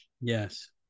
yes